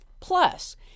Plus